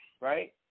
right